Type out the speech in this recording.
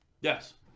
Yes